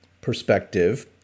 perspective